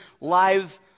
lives